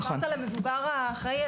להיות המבוגר האחראי.